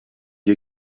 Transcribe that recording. you